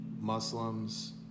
Muslims